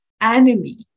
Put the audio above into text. enemy